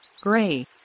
gray